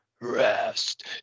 Rest